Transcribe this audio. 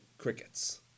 crickets